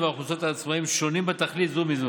ואוכלוסיית העצמאים שונים בתכלית זה מזה.